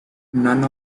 none